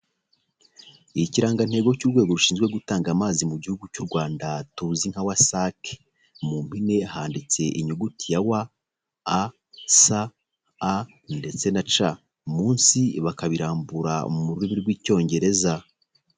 Ikirangantego cy'urwego rushinzwe gutanga amazi mu Gihugu cy'u Rwanda tuzi nka wasake, mu mpine handitse inyuguti ya WASA ndetse na C, munsi bakabirambura mu rurimi rw'Icyongereza.